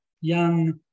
young